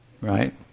right